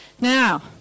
Now